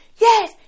yes